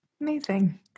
amazing